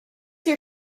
your